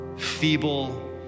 feeble